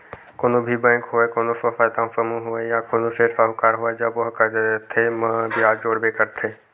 कोनो भी बेंक होवय कोनो स्व सहायता समूह होवय या कोनो सेठ साहूकार होवय जब ओहा करजा देथे म बियाज जोड़बे करथे